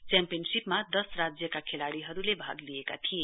च्याम्पियनशीपमा दस राज्यका खेलाड़ीहरूले भाग लिएका थिए